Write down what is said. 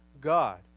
God